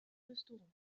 restaurant